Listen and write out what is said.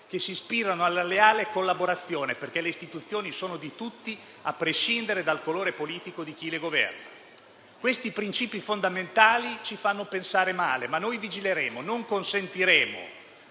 che si ispirano alla leale collaborazione: le istituzioni sono di tutti, a prescindere dal colore politico di chi le governa. Questi sono princìpi fondamentali. Non vorremmo pensare male, ma vigileremo e non consentiremo